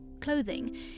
clothing